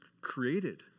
created